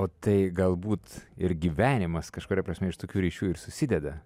o tai galbūt ir gyvenimas kažkuria prasme iš tokių ryšių ir susideda